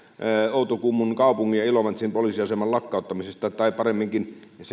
outokummun kaupungin ja ilomantsin poliisiaseman lakkauttamisesta tai paremminkin